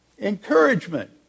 Encouragement